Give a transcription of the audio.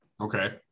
Okay